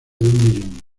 millón